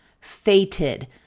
fated